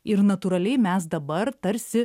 ir natūraliai mes dabar tarsi